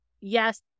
yes